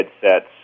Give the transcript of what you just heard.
headsets